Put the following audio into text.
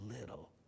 little